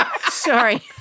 Sorry